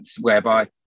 whereby